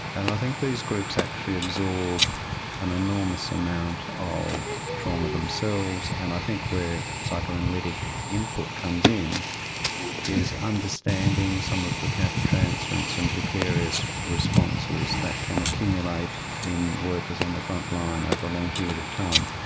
and i think these groups actually absorb an enormous amount of trauma themselves. and i think where psychoanalytic input comes in is understanding some of the countertransference and vicarious responses that can accumulate in workers on the front line over a long period of time.